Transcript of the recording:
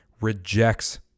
rejects